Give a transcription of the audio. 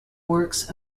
works